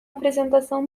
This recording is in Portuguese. apresentação